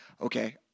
Okay